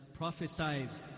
prophesized